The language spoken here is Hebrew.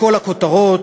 בכל הכותרות,